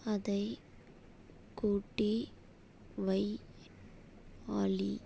அதை கூட்டி வை ஆலி